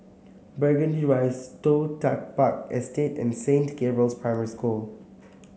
Burgundy Rise Toh Tuck Park Estate and Saint Gabriel's Primary School